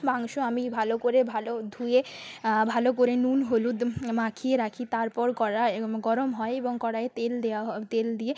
মাংস আমি ভালো করে ভালো ধুয়ে ভালো করে নুন হলুদ মাখিয়ে রাখি তারপর কড়াই গরম হয় এবং কড়াইয়ে তেল দেওয়া হ তেল দিয়ে